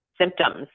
symptoms